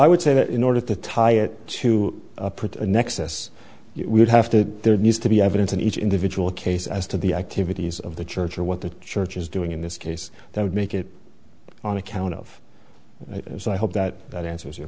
i would say that in order to tie it to put an excess you would have to there needs to be evidence in each individual case as to the activities of the church or what the church is doing in this case that would make it on account of it and so i hope that that answers